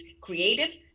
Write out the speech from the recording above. creative